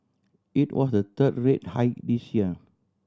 it was the third rate hike this year